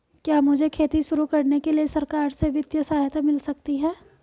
क्या मुझे खेती शुरू करने के लिए सरकार से वित्तीय सहायता मिल सकती है?